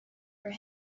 for